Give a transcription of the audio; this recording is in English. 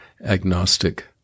agnostic